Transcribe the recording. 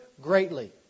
greatly